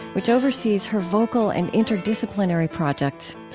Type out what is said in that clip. which oversees her vocal and interdisciplinary projects.